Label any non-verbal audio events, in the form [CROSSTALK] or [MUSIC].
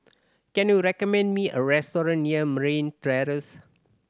can you recommend me a restaurant near Merryn [UNINTELLIGIBLE]